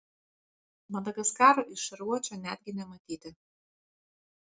madagaskaro iš šarvuočio netgi nematyti